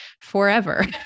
forever